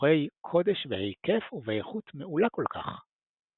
ציורי קודש בהיקף ובאיכות מעולה כל כך.